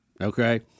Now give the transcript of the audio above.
Okay